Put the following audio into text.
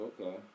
Okay